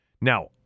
Now